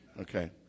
Okay